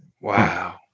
Wow